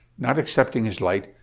not accepting his light,